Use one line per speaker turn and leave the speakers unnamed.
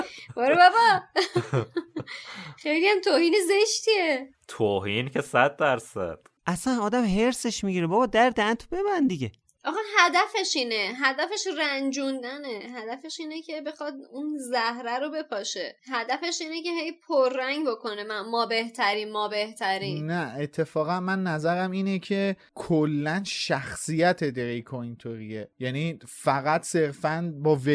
برو بابا. خیلی هم توهین زشتیه.
توهین که 100%.
اصلا آدم حرصش می‌گیره. بابا در دهنتو ببند دیگه.
آقا هدفش اینه. هدفش رنجوندنه. هدفش اینه که بخواد اون زهره رو بپاشه. هدفش اینه که هی پررنگ بکنه من- ما بهتریم، ما بهتریم.
نه، اتفاقا من نظرم اینه که کلاً شخصیت دریکو اینطوریه. یعنی فقط صرفاً با